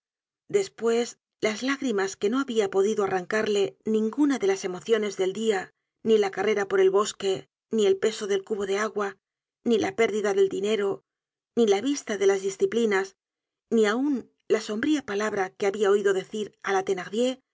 despues las lágrimas que no habia podido arrancarle ninguna de las emociones del dia ni la carrera por el bosque ni el peso del cubo de agua ni la pérdida del dinero ni la vista de las disciplinas ni aun la sombría palabra que habia oido decir á la